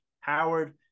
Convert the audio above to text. Howard